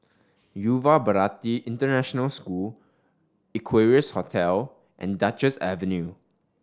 Yuva Bharati International School Equarius Hotel and Duchess Avenue